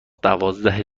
دوازده